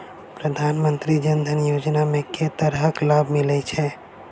प्रधानमंत्री जनधन योजना मे केँ तरहक लाभ मिलय छै?